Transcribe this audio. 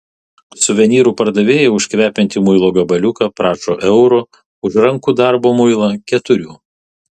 suvenyrų pardavėjai už kvepiantį muilo gabaliuką prašo euro už rankų darbo muilą keturių